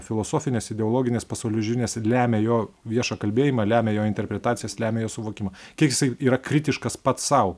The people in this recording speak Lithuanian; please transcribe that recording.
filosofinės ideologinės pasaulėžiūrinės lemia jo viešą kalbėjimą lemia jo interpretacijas lemia jo suvokimą kiek jisai yra kritiškas pats sau